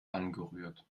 angerührt